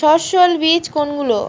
সস্যল বীজ কোনগুলো?